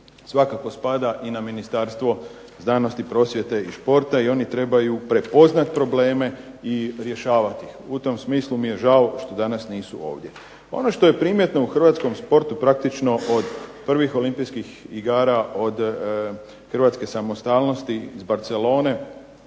svakako spada i na Ministarstvo znanosti, prosvjete i športa i oni trebaju prepoznati probleme i rješavati ih. U tom smislu mi je žao što danas nisu ovdje. Ono što je primjetno u Hrvatskom sportu praktično od prvih olimpijskih igara, od Hrvatske samostalnosti iz Barcelone,